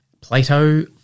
Plato